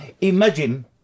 Imagine